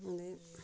ते